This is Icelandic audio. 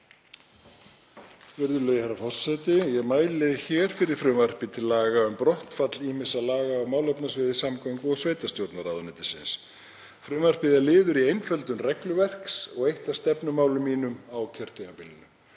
Virðulegi forseti. Ég mæli hér fyrir frumvarpi til laga um brottfall ýmissa laga á málefnasviði samgöngu- og sveitarstjórnarráðuneytisins. Frumvarpið er liður í einföldun regluverks og eitt af stefnumálum mínum á kjörtímabilinu.